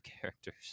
characters